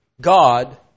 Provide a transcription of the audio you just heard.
God